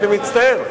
אני מתנצל.